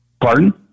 Pardon